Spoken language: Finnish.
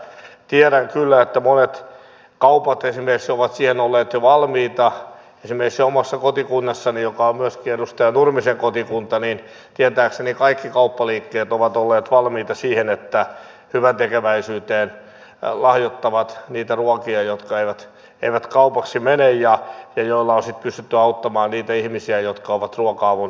tiedän kyllä että esimerkiksi monet kaupat ovat siihen olleet jo valmiita esimerkiksi omassa kotikunnassani joka on myöskin edustaja nurmisen kotikunta tietääkseni kaikki kauppaliikkeet ovat olleet valmiita siihen että lahjoittavat hyväntekeväisyyteen niitä ruokia jotka eivät kaupaksi mene ja joilla on sitten pystytty auttamaan niitä ihmisiä jotka ovat ruoka avun tarpeessa